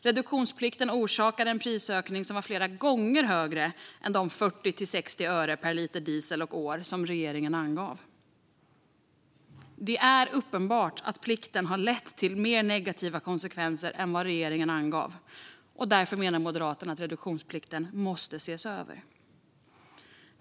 Reduktionsplikten orsakade en prisökning som var flera gånger högre än de 40-60 öre per liter diesel och år som regeringen angav. Det är uppenbart att reduktionsplikten har haft mer negativa konsekvenser än vad regeringen angav. Därför menar Moderaterna att reduktionsplikten måste ses över.